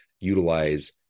utilize